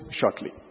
shortly